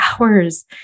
hours